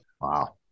Wow